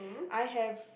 I have